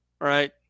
right